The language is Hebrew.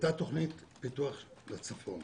הייתה תוכנית פיתוח לצפון.